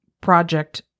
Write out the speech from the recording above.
project